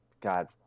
God